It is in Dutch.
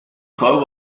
trouw